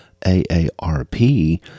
AARP